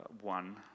one